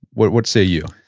what what say you?